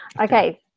Okay